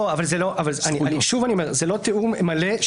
לא, שוב אני אומר שזה לא טיעון מלא.